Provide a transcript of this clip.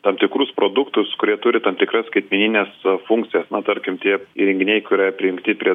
tam tikrus produktus kurie turi tam tikras skaitmenines funkcijas na tarkim tie įrenginiai kurie prijungti prie